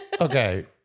Okay